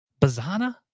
Bazana